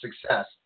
success